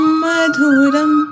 madhuram